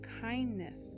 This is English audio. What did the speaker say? kindness